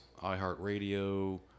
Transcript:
iHeartRadio